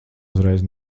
uzreiz